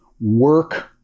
work